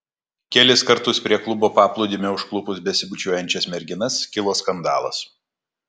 kelis kartus prie klubo paplūdimio užklupus besibučiuojančias merginas kilo skandalas